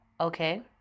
Okay